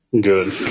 Good